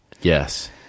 Yes